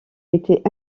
était